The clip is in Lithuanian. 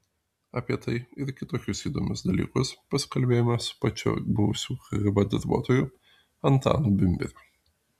apie tai ir kitokius įdomius dalykus pasikalbėjome su pačiu buvusiu kgb darbuotoju antanu bimbiriu